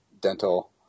dental